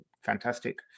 fantastic